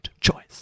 choice